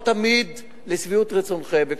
לא תמיד לשביעות רצונכם.